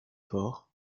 forts